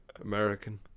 American